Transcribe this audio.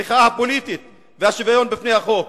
המחאה הפוליטית והשוויון בפני החוק.